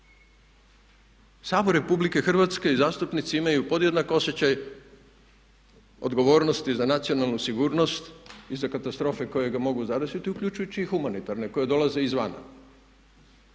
Sabor Republike Hrvatske i zastupnici imaju podjednak osjećaj odgovornosti za nacionalnu sigurnost i za katastrofe koje ga mogu zadesiti uključujući i humanitarne koje dolaze izvana.